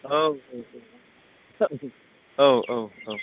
औ औ औ औ औ